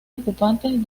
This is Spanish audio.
ocupantes